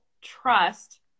trust